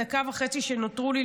בדקה וחצי שנותרו לי,